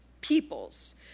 peoples